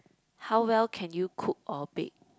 how well can you cook or bake